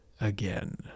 again